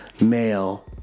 male